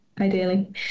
ideally